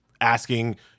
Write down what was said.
asking